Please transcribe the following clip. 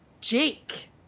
Jake